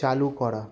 চালু করা